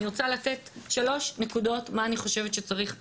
אני רוצה לתת שלוש נקודות מה אני חושבת שצריך לעשות.